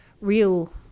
real